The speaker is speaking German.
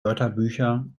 wörterbücher